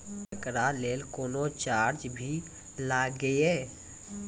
एकरा लेल कुनो चार्ज भी लागैये?